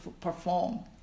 perform